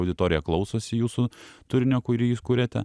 auditorija klausosi jūsų turinio kurį jūs kuriate